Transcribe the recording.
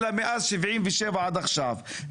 אלא מאז 77' עד עכשיו,